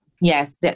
Yes